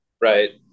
right